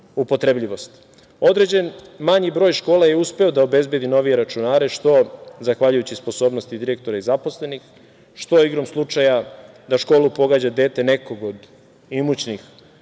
manji broj škola je uspeo da obezbedi novije računare, što zahvaljujući sposobnosti direktora i zaposlenih, što igrom slučaja da školu pohađa dete nekog od imućnih